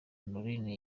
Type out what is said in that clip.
honorine